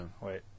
Wait